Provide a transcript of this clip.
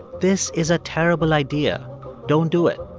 this is a terrible idea don't do it.